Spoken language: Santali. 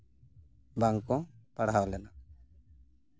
ᱵᱟᱝᱠᱚ ᱯᱟᱲᱦᱟᱣ ᱞᱮᱱᱟ